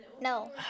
No